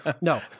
no